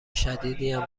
شدیدیم